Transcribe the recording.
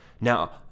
Now